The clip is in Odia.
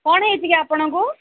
କ'ଣ ହେଇଛି କି ଆପଣଙ୍କୁ